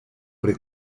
pre